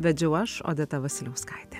vedžiau aš odeta vasiliauskaitė